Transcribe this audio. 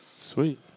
Sweet